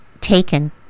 taken